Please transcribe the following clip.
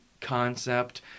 concept